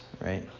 right